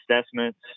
assessments